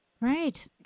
right